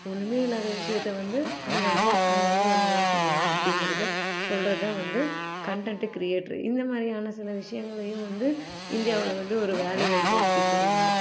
ஒன்றுமே இல்லாத விஷயத்த வந்து அங்கங்கே அங்கங்கே என்னெல்லாம் சொல்லலாம் அப்படிங்கிறத சொல்லுறது தான் வந்து கண்டண்ட்டு க்ரியேட்ரு இந்த மாதிரியான சில விஷயங்களையும் வந்து இந்தியாவில் வந்து ஒரு வேலை வாய்ப்பாக வச்சுட்ருக்காங்க